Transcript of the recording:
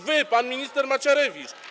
Wy, pan minister Macierewicz.